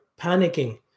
panicking